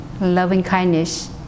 loving-kindness